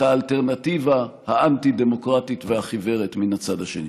האלטרנטיבה האנטי-דמוקרטית והחיוורת מן הצד שני.